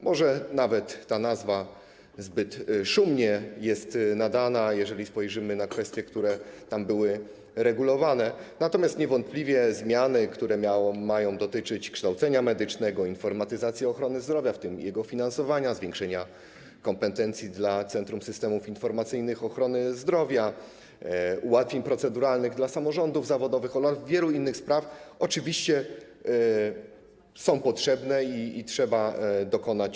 Może nawet ta nazwa mu nadana jest zbyt szumna, jeżeli spojrzymy na kwestie, które tam były regulowane, natomiast niewątpliwie zmiany, które mają dotyczyć kształcenia medycznego, informatyzacji ochrony zdrowia, w tym finansowania, zwiększenia kompetencji dla Centrum Systemów Informacyjnych Ochrony Zdrowia, ułatwień proceduralnych dla samorządów zawodowych oraz wielu innych spraw, oczywiście są potrzebne i trzeba ich dokonać.